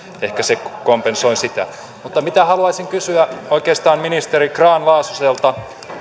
ehkä se kompensoi sitä mutta haluaisin oikeastaan kysyä ministeri grahn laasoselta